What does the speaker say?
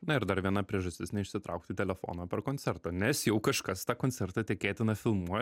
na ir dar viena priežastis neišsitraukti telefono per koncertą nes jau kažkas tą koncertą tikėtina filmuo